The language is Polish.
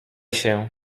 się